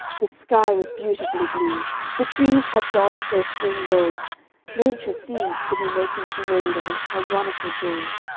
the sky was beautifully blue the trees had donned their spring robes nature seemed to be making parade of an ironical joy.